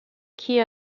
key